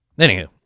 Anywho